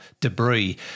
debris